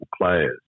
players